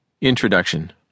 Introduction